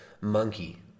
monkey